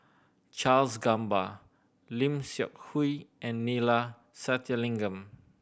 Charles Gamba Lim Seok Hui and Neila Sathyalingam